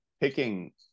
picking